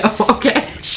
okay